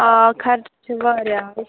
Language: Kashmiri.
آ خرچہٕ چھِ واریاہ